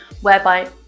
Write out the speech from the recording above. whereby